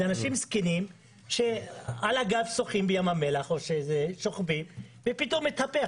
הם שוחים על הגב בים המלח ופתאום מתהפכים.